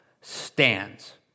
stands